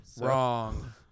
Wrong